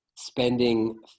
spending